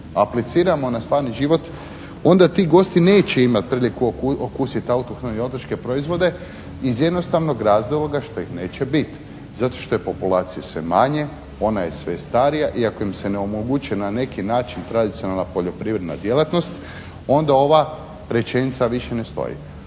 apliciramo na stvarni život onda ti gosti neće imati priliku okusiti autohtone otočke proizvode iz jednostavnog razloga što ih neće biti. Zato što je populacije sve manje, ona je sve starija i ako im se ne omogući na neki način tradicionalna poljoprivredna djelatnost onda ova rečenica više ne stoji.